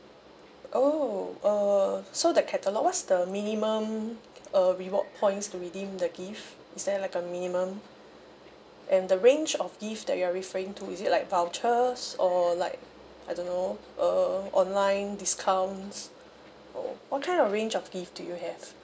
oh err so that catalogue what's the minimum uh reward points to redeem the gift is there like a minimum and the range of gift that you're referring to is it like vouchers or like I don't know uh online discounts or what kind of range of gift do you have